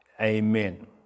Amen